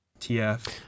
TF